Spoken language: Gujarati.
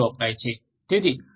તેથી હડુપ શું છે